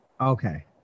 Okay